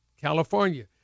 California